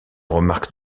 remarques